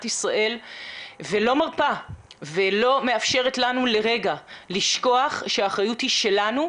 ישראל ולא מרפה ולא מאפשרת לנו לרגע לשכוח שהאחריות היא שלנו.